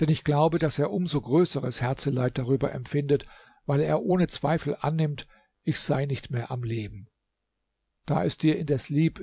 denn ich glaube daß er um so größeres herzeleid darüber empfindet weil er ohne zweifel annimmt ich sei nicht mehr am leben da es dir indes lieb